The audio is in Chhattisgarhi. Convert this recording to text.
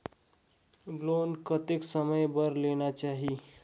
लोन कतेक समय बर लेना चाही?